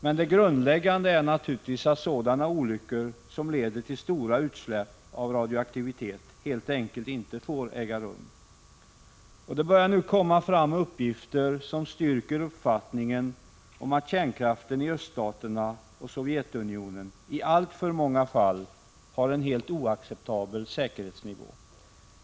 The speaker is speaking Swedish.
Men det grundläggande är naturligtvis att sådana olyckor som leder till stora utsläpp av radioaktivitet helt enkelt inte får äga rum. Det börjar nu komma fram uppgifter som styrker uppfattningen att kärnkraftverken i öststaterna och Sovjetunionen i alltför många fall har helt oacceptabel säkerhetsnivå.